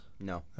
No